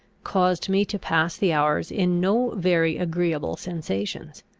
caused me to pass the hours in no very agreeable sensations.